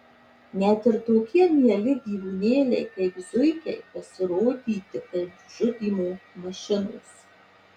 net ir tokie mieli gyvūnėliai kaip zuikiai pasirodyti kaip žudymo mašinos